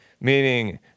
Meaning